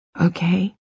okay